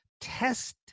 test